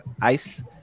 ice